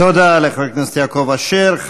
תודה לחבר הכנסת יעקב אשר.